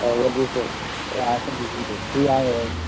what do you think? i think he's either cia